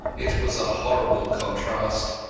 it was a horrible contrast.